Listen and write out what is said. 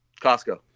Costco